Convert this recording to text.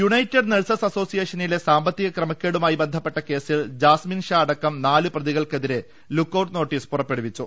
United nurses അസോസിയേഷനിലെ സാമ്പത്തിക ക്രമക്കേടുമായി ബന്ധപ്പെട്ട കേസിൽ ജാസ്മിൻഷാ അടക്കം നാല് പ്രതികൾക്കെതിരെ ലുക്കൌട്ട് നോട്ടീസ് പുറപ്പെടുവിച്ചു